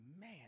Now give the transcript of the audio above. man